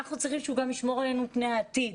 אנחנו צריכים שהוא גם ישמור עלינו מפני העתיד.